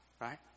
right